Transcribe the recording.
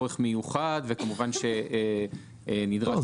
צורך מיוחד וכמובן שנדרש אישור --- לא,